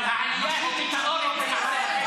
אבל --- אני מדבר אל ראש הממשלה,